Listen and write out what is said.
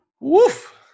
Woof